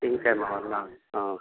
திங்கெழம வரலான்னு ஆ